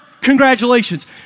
Congratulations